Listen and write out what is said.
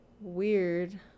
weird